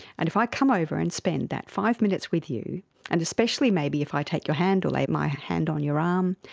and if i come over and spend that five minutes with you and especially maybe if i take your hand or lay my hand on your um